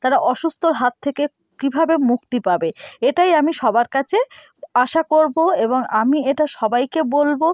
তারা অসুস্থর হাত থেকে কীভাবে মুক্তি পাবে এটাই আমি সবার কাছে আশা করবো এবং আমি এটা সবাইকে বলবো